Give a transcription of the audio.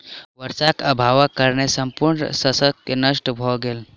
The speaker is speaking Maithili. वर्षाक अभावक कारणेँ संपूर्ण शस्य नष्ट भ गेल